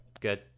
good